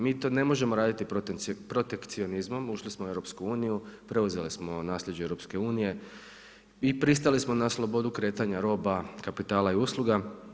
Mi to ne možemo raditi protekcionizmom, ušli smo u EU, preuzeli smo nasljeđe EU i pristali smo na slobodu kretanja roba, kapitala i usluga.